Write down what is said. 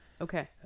Okay